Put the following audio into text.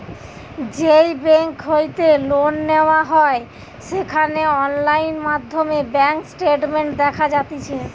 যেই বেংক হইতে লোন নেওয়া হয় সেখানে অনলাইন মাধ্যমে ব্যাঙ্ক স্টেটমেন্ট দেখা যাতিছে